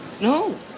No